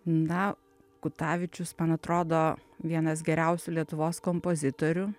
na kutavičius man atrodo vienas geriausių lietuvos kompozitorių